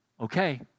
okay